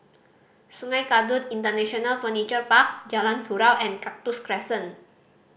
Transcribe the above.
Sungei Kadut International Furniture Park Jalan Surau and Cactus Crescent